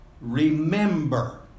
Remember